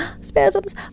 spasms